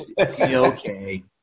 okay